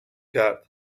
کرد